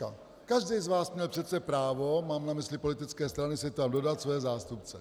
Každý z vás měl přece právo, mám na mysli politické strany, si tam dodat své zástupce.